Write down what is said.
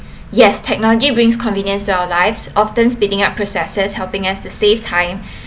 yes technology brings convenience to our lives often speeding up processes helping us to save time